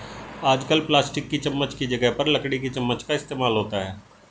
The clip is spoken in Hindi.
आजकल प्लास्टिक की चमच्च की जगह पर लकड़ी की चमच्च का इस्तेमाल होता है